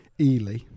Ely